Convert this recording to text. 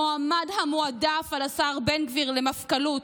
המועמד המועדף על השר בן גביר למפכ"לות,